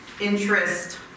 interest